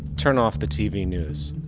turn off the tv news.